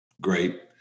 great